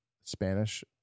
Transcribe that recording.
Spanish